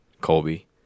Colby